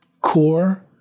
core